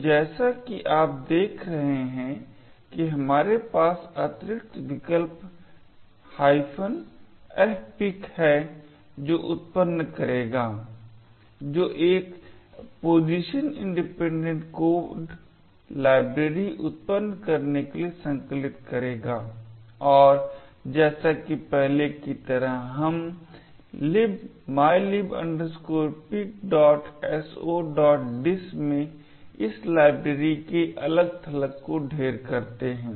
तो जैसा कि आप देख रहे हैं कि हमारे पास अतिरिक्त विकल्प fpic है जो उत्पन्न करेगा जो एक पोजीशन इंडिपेंडेंट कोड लाइब्रेरी उत्पन्न करने के लिए संकलित करेगा और जैसा कि पहले की तरह हम libmylib picsodiss में इस लाइब्रेरी के अलग थलग का ढेर करते हैं